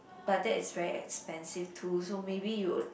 but that is very expensive too so maybe you would